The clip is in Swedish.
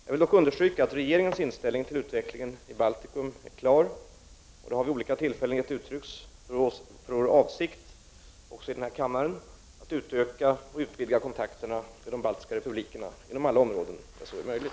Jag vill dock understryka att regeringens inställning till utvecklingen i Baltikum är klar, och det har vid olika tillfällen, även i denna kammare, getts uttryck för vår avsikt att utöka och utvidga kontakterna med de baltiska republikerna inom alla områden där så är möjligt.